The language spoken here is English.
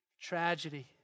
tragedy